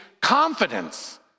confidence